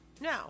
No